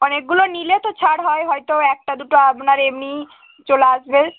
অনেকগুলো নিলে তো ছাড় হয় হয়তো একটা দুটো আপনার এমনিই চলে আসবে